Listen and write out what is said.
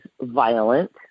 violent